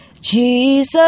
Jesus